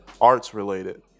arts-related